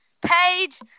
Page